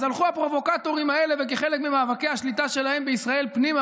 אז הלכו הפרובוקטורים האלה וכחלק ממאבקי השליטה שלהם בישראל פנימה,